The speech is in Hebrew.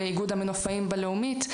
איגוד המנופאים בלאומית,